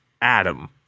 Adam